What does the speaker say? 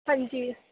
ਹਾਂਜੀ